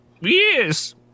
Yes